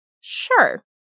Sure